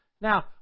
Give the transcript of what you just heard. Now